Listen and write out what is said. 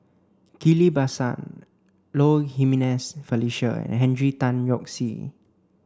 Ghillie Basan Low Jimenez Felicia and Henry Tan Yoke See